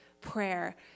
prayer